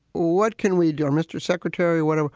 what can we do? um mr. secretary, what. ah